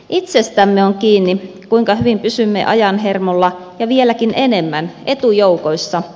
itsestämme on kiinni kuinka hyvin pysymme ajan hermolla ja vieläkin enemmän etujoukoissa